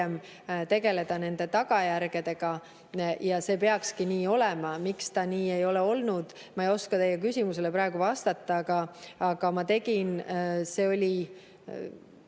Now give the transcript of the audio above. tegeleda tagajärgedega. Ja see peakski nii olema. Miks see nii ei ole olnud? Ma ei oska teie küsimusele praegu vastata. Ma tegin – ma